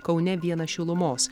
kaune vienas šilumos